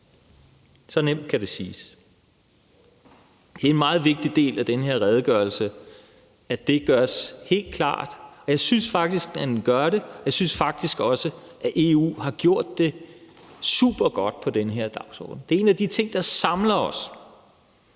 Så nemt kan det siges. Det er en meget vigtig del af den her redegørelse, at det gøres helt klart, og jeg synes faktisk, at den gør det, og jeg synes faktisk også, at EU har gjort det supergodt på den her dagsorden. Det er en af de ting, der samler os,